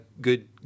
good